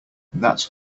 that’s